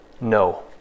no